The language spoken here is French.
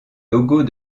logos